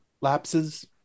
Lapses